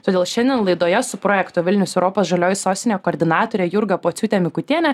todėl šiandien laidoje su projekto vilnius europos žalioji sostinė koordinatore jurga pociūte mikutiene